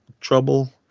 trouble